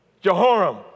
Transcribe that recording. Jehoram